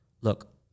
look